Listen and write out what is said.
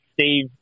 Steve